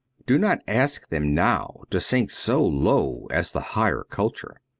do not ask them now to sink so low as the higher culture.